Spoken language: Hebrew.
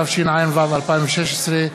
התשע"ו 2016,